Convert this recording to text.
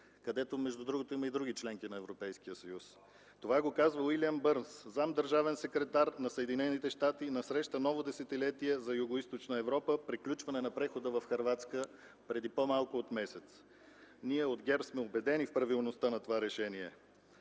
където между другото има и други членки на Европейския съюз. Това го казва Уилям Бърнс – заместник-държавен секретар на Съединените щати на среща „Ново десетилетие за Югоизточна Европа – приключване на прехода”, в Хърватска преди по-малко от месец. Ние от ГЕРБ сме убедени в правилността на това решение.